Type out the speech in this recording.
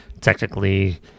technically